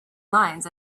lines